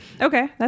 Okay